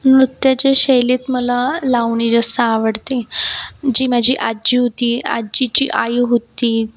नृत्याच्या शैलीत मला लावणी जास्त आवडते जी माझी आजी होती आजीची आई होती ती